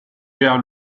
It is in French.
vers